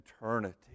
eternity